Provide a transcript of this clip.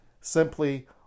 simply